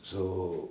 so